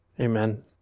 Amen